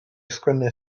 sgwennu